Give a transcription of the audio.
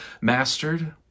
mastered